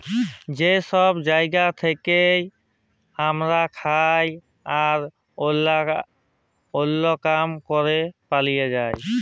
যে সব জায়গা থেক্যে হামরা খাবার আর ওল্য কাম ক্যরের পালি পাই